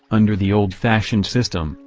under the old fashioned system,